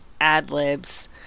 ad-libs